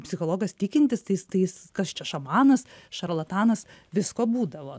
psichologas tikintis tais tais kas čia šamanas šarlatanas visko būdavo